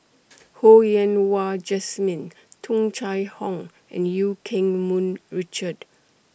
Ho Yen Wah Jesmine Tung Chye Hong and EU Keng Mun Richard